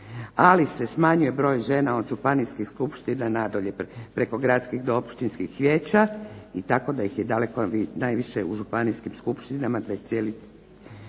Ali se smanjuje broj žena od županijskih skupština na dolje, preko gradskih do općinskih vijeća i tako da ih je daleko najviše u županijskim skupštinama 21,4%.